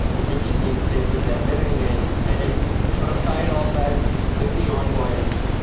which namespaces they are living in and it it sort of tied all that with the envoys,